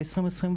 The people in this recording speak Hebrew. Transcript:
ב-2023.